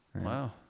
Wow